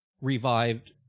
revived